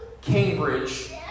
Cambridge